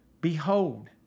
behold